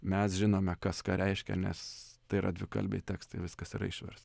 mes žinome kas ką reiškia nes tai yra dvikalbiai tekstai viskas yra išversta